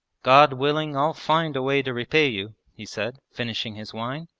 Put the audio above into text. god willing i'll find a way to repay you he said, finishing his wine.